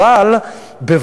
זאת הבעיה.